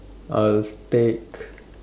I'll take